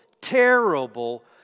terrible